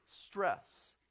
stress